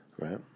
right